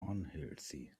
unhealthy